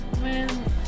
Man